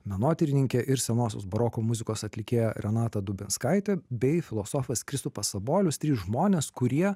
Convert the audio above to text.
menotyrininkė ir senosios baroko muzikos atlikėja renata dubinskaitė bei filosofas kristupas sabolius trys žmonės kurie